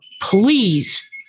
please